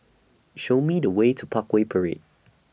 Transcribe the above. Show Me The Way to Parkway Parade